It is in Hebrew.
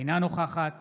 אינה נוכחת